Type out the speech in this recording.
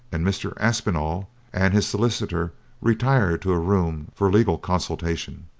and mr. aspinall and his solicitor retired to a room for a legal consultation.